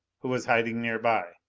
who was hiding nearby.